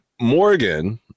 morgan